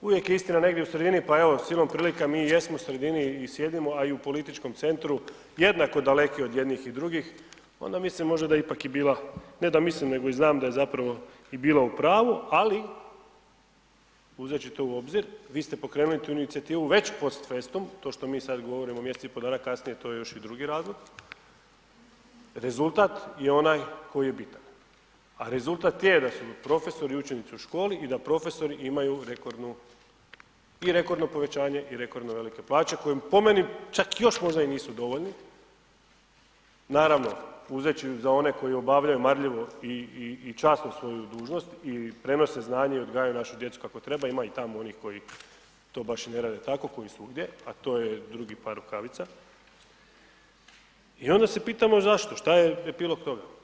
uvijek je istina negdje u sredini pa evo, silom prilika mi jesno u sredini i sjedini a i u političkom centru jednako daleki od jednih i drugih, onda mislim možda da ipak je bila, ne da mislim nego i znam da je zapravo i bila u pravu, ali uzeći to u obzir, vi ste pokrenuli tu inicijativu već posredstvom, to što mi sad govorimo mjesec i pol dana kasnije, to je još i drugi razlog, rezultat je onaj koji je bitan a rezultat je da su profesori i učenici u školi i da profesori imaju rekordnu, i rekordno povećanje i rekordno velike plaće koje po meni čak još možda i nisu dovoljne, naravno uzeći za one koje obavljaju marljivo i časno svoju dužnost i prenose znanje i odgajaju našu djecu kako treba, ima i tamo onih koji to baš i ne rade tako kao i svugdje a to je drugi par rukavica i onda se pitamo zašto, šta je epilog toga.